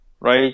right